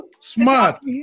smart